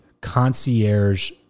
concierge